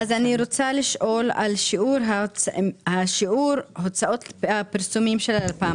אני רוצה לשאול על שיעור הוצאות הפרסומים של הלפ"ם